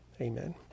Amen